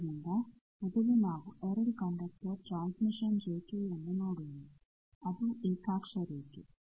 ಆದ್ದರಿಂದ ಮೊದಲು ನಾವು 2 ಕಂಡಕ್ಟರ್ ಟ್ರಾನ್ಸ್ಮಿಷನ್ ರೇಖೆಯನ್ನು ನೋಡೋಣ ಅದು ಏಕಾಕ್ಷ ರೇಖೆ